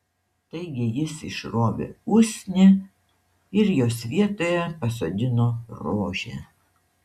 taigi jis išrovė usnį ir jos vietoje pasodino rožę